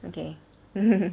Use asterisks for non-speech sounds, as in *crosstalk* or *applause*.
okay *laughs*